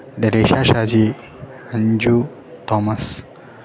ഡരേഷ Shaji Anju Thomas